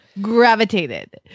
gravitated